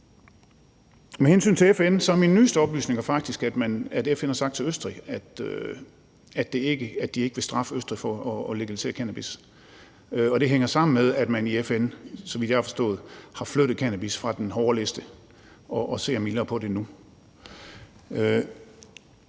Med hensyn til FN er mine nyeste oplysninger faktisk, at FN har sagt til Østrig, at de ikke vil straffe Østrig for at legalisere cannabis, og det hænger sammen med, at man i FN, så vidt jeg har forstået, har flyttet cannabis væk fra den hårde liste og ser mildere på det nu.